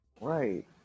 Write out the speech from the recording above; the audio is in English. Right